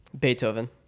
Beethoven